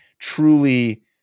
truly